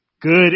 good